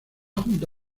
junto